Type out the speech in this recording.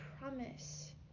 promise